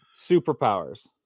Superpowers